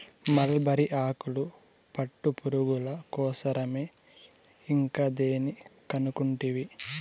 mulberry ఆకులు పట్టుపురుగుల కోసరమే ఇంకా దేని కనుకుంటివి